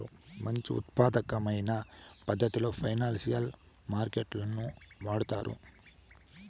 మంచి ఉత్పాదకమైన పద్ధతిలో ఫైనాన్సియల్ మార్కెట్ లను వాడుతారు